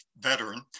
veteran